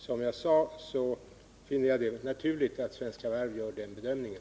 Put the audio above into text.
Som jag sade i svaret finner jag det naturligt att Svenska Varv gör den bedömningen.